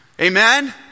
Amen